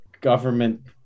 government